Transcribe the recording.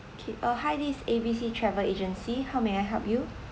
okay uh hi this is A B C travel agency how may I help you